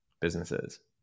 businesses